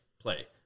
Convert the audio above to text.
play